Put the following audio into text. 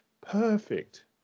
perfect